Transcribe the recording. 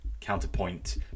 counterpoint